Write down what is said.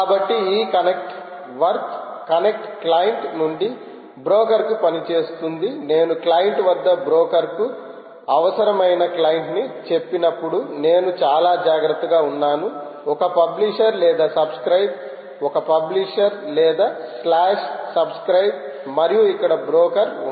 కాబట్టి ఈ connect work connect client నుండి బ్రోకర్ కు పని చేస్తుంది నేను క్లయింట్ వద్ద బ్రోకర్ కు అవసరమైన క్లయింట్ ని చెప్పినప్పుడు నేను చాలా జాగ్రత్తగా ఉన్నాను ఒక పబ్లిషర్ లేదా సబ్స్క్రయిబ్ ఒక పబ్లిషర్లేదా స్లాష్ సబ్స్క్రయిబ్ మరియు ఇక్కడ బ్రోకర్ ఉన్నాడు